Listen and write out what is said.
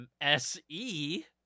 SE